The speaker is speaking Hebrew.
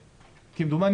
כמדומני,